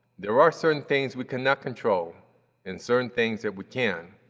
there are certain things we cannot control and certain things that we can.